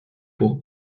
pour